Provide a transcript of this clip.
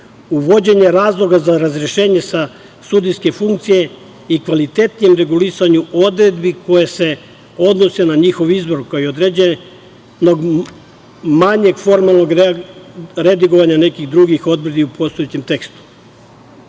uvođenje razloga za razrešenje sa sudijske funkcije i kvalitetnijem regulisanju odredbi koje se odnose na njihov izbor, kao i određene manjeg formalnog redigovanja nekih drugih odredbi u postojećem tekstu.U